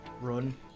Run